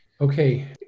Okay